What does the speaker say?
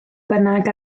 bynnag